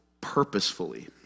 purposefully